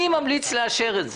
אני ממליץ לאשר את זה,